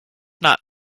not